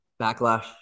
backlash